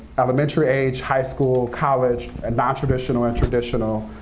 elementary age, high school, college, and nontraditional and traditional.